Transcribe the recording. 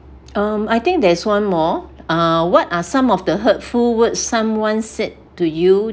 um I think there's one more uh what are some of the hurtful words someone said to you